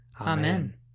Amen